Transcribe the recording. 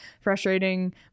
frustrating